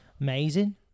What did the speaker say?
Amazing